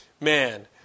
man